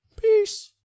Peace